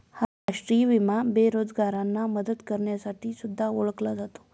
हा राष्ट्रीय विमा बेरोजगारांना मदत करण्यासाठी सुद्धा ओळखला जातो